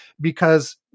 because-